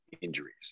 injuries